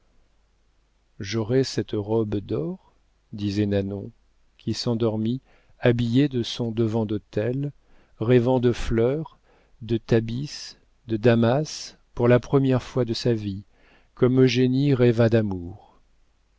j'aurais cette robe d'or disait nanon qui s'endormit habillée de son devant d'autel rêvant de fleurs de tapis de damas pour la première fois de sa vie comme eugénie rêva d'amour